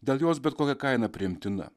dėl jos bet kokia kaina priimtina